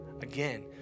again